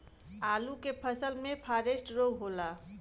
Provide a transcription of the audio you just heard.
आलू के फसल मे फारेस्ट रोग होला?